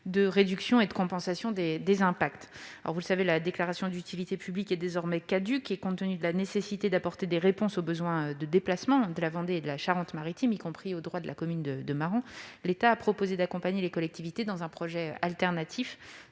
de réduction et de compensation des impacts. Vous le savez, la déclaration d'utilité publique est désormais caduque. Compte tenu de la nécessité d'apporter des réponses aux besoins de déplacements de la Vendée et de la Charente-Maritime, y compris au droit de la commune de Marans, l'État a proposé d'accompagner les collectivités dans un projet alternatif,